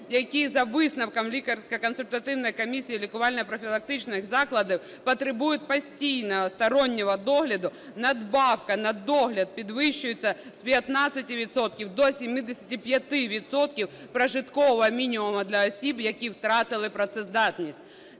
які за висновком лікарсько-консультативної комісії лікувально-профілактичних закладів потребують постійного стороннього догляду, надбавка на догляд підвищується з 15 відсотків до 75 відсотків прожиткового мінімуму для осіб, які втратили працездатність.